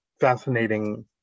fascinating